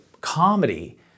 comedy